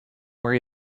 were